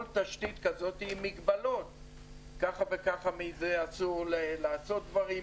כל תשתית כזאת היא מגבלה כי אסור לעשות דברים.